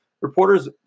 reporters